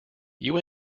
you